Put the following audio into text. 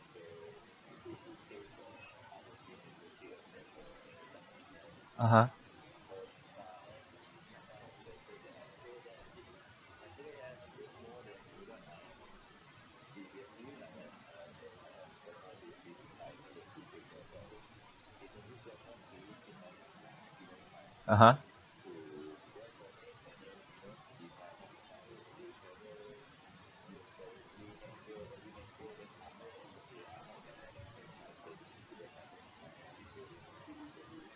(uh huh) (uh huh)